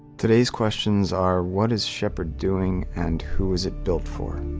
today's questions are what is shepherd doing and who is it built for.